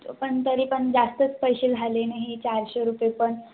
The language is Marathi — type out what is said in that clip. पण तरी पण जास्तच पैसे झाले नाही चारशे रुपये पण